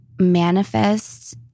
manifest